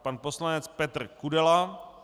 Pan poslanec Petr Kudela.